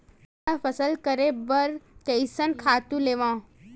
मैं ह फसल करे बर कइसन खातु लेवां?